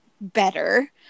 better